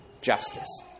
justice